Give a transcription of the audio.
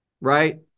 right